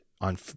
on